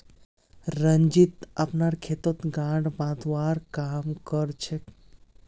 रंजीत अपनार खेतत गांठ बांधवार काम कर छेक